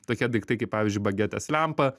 tokie daiktai kaip pavyzdžiui bagetės lempa